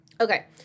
Okay